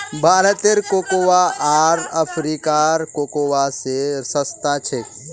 भारतेर कोकोआ आर अफ्रीकार कोकोआ स सस्ता छेक